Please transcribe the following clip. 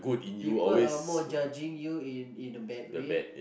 people more judging you in a bad way